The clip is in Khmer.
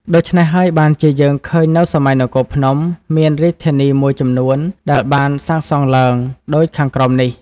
ដូច្នេះហើយ បានជាយើងឃើញនៅសម័យនគរភ្នំ មានរាជធានីមួយចំនួនដែលបានសាងសង់ឡើង ដូចខាងក្រោមនេះ